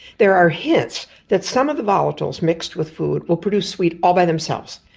there are hints that some of the volatiles mixed with food will produce sweet all by themselves,